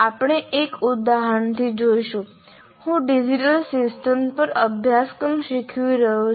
આપણે એક ઉદાહરણથી જોઈશું હું ડિજિટલ સિસ્ટમ્સ પર અભ્યાસક્રમ શીખવી રહ્યો છું